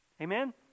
Amen